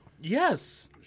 Yes